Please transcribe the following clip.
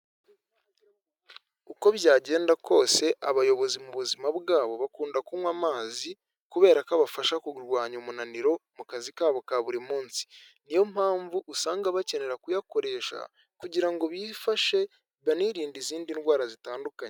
Uko byagenda kose abayobozi mu buzima bwabo bakunda kunywa amazi kubera ko abafasha kurwanya umunaniro mu kazi kabo ka buri munsi, niyo mpamvu usanga bakenera kuyakoresha kugira ngo bifashe banirinde izindi ndwara zitandukanye.